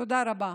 תודה רבה.